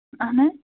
اَہَن حظ